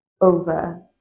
over